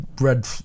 red